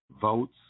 Votes